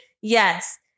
Yes